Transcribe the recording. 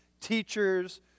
teachers